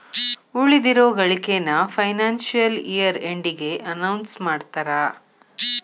ಉಳಿದಿರೋ ಗಳಿಕೆನ financial year ಎಂಡಿಗೆ ಅನೌನ್ಸ್ ಮಾಡ್ತಾರಾ